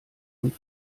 und